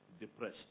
depressed